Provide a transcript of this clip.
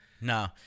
No